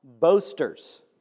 boasters